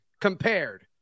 compared